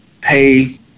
pay